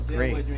Great